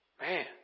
Man